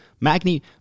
Magni